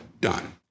done